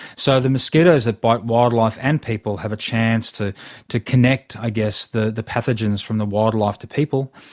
so the mosquitos that bite wildlife and people have a chance to to connect i guess the the pathogens from the wildlife to people,